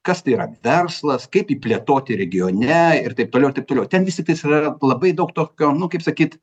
kas tai yra verslas kaip jį plėtoti regione ir taip toliau ir taip toliau ten vis tiktais yra labai daug tokio nu kaip sakyt